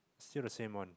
still the same one